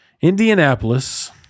Indianapolis